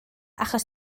achos